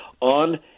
on